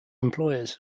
employers